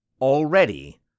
already